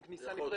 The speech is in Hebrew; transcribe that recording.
עם כניסה נפרדת.